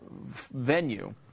venue